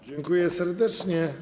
Dziękuję serdecznie.